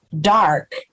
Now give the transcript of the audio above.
dark